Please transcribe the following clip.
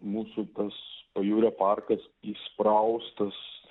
mūsų tas pajūrio parkas įspraustas